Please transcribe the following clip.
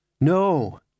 No